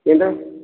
ಎಂತ